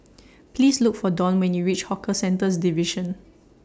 Please Look For Don when YOU REACH Hawker Centres Division